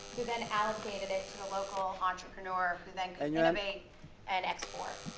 who then allocated it to the local entrepreneur, who then could innovate and export.